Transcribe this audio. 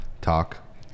talk